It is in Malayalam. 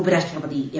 ഉപരാഷ്ട്രപതി എം